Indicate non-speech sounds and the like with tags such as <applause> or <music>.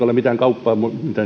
<unintelligible> ole mitään kauppaa